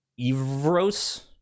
Evros